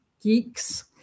geeks